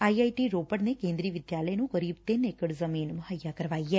I I T Ropar ਨੇ ਕੇਦਰੀ ਵਿਦਿਆਲੇ ਨੂੰ ਕਰੀਬ ਤਿੰਨ ਏਕੜ ਜ਼ਮੀਨ ਮੁਹੱਈਆ ਕਰਵਾਈ ਐ